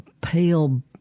pale